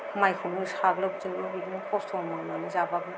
माइखौनो साग्लोबजोबो बिदिनो खस्थ' मोनो जाब्लाबो